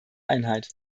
einheit